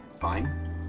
Fine